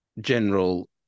general